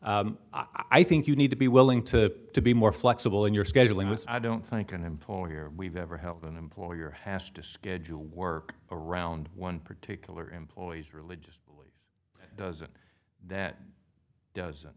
i think you need to be willing to to be more flexible in your scheduling with i don't think an employer we've ever held an employer has to schedule a work around one particular employee is religious doesn't that doesn't